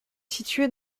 située